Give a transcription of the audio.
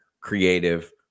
creative